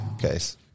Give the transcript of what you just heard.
case